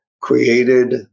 Created